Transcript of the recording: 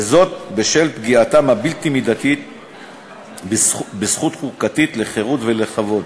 בשל פגיעתם הבלתי-מידתית בזכות החוקתית לחירות ולכבוד.